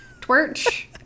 Twitch